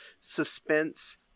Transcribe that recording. suspense